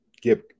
give